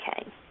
Okay